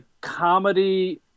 comedy